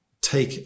take